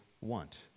want